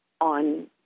on